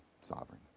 sovereign